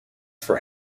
for